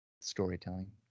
Storytelling